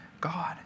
God